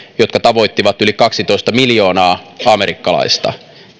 jotka tavoittivat yli kaksitoista miljoonaa amerikkalaista